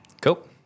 Cool